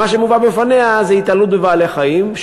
מה שמובא בפניה זה התעללות בבעלי-חיים,